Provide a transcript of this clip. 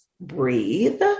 breathe